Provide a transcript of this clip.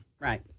Right